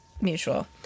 mutual